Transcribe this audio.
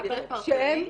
רק על פרטני?